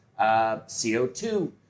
CO2